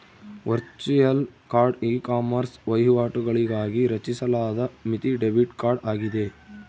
virtual card ecommerce ವಹಿವಾಟುಗಳಿಗಾಗಿ ರಚಿಸಲಾದ ಮಿತಿ ಡೆಬಿಟ್ ಕಾರ್ಡ್ ಆಗಿದೆ